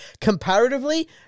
Comparatively